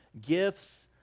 Gifts